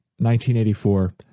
1984